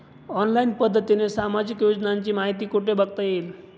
Online पद्धतीने सामाजिक योजनांची माहिती कुठे बघता येईल?